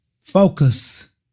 Focus